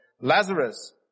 Lazarus